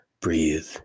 breathe